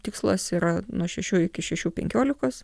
tikslas yra nuo šešių iki šešių penkiolikos